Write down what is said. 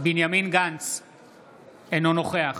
אינו נוכח